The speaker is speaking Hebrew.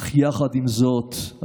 אך יחד עם זאת,